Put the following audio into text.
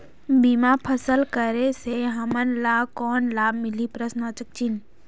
फसल बीमा करे से हमन ला कौन लाभ मिलही?